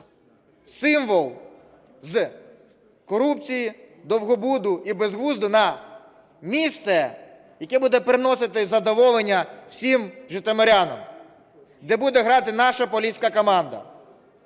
символ з корупції, довгобуду і безглуздя на місце, яке буде приносити задоволення всім житомирянам. Де буде грати наша поліська команда.